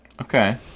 Okay